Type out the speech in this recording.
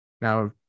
Now